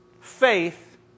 faith